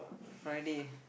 Friday